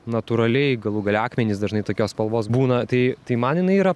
natūraliai galų gale akmenys dažnai tokios spalvos būna tai tai man jinai yra